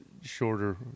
shorter